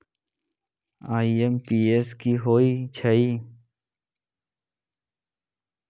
IMPS की होईछइ?